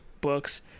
books